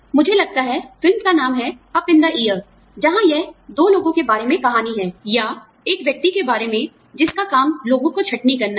मुझे लगता है फिल्म का नाम है "अप इन द एयर" जहां यह दो लोगों के बारे में कहानी है जो हैं या एक व्यक्ति के बारे मेंजिसका काम लोगों को छंटनी करना है